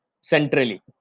centrally